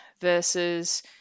versus